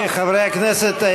חברי הכנסת,